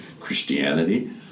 Christianity